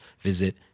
visit